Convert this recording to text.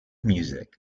music